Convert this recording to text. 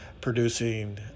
producing